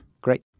Great